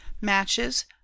matches